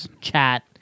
chat